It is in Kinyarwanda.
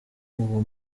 uwo